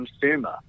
consumer